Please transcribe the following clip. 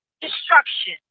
destruction